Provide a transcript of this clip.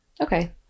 Okay